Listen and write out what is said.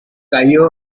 callo